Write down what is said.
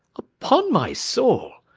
upon my soul!